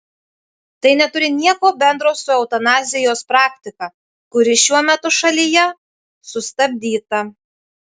tai neturi nieko bendro su eutanazijos praktika kuri šiuo metu šalyje sustabdyta